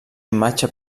imatge